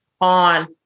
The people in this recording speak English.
on